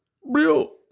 real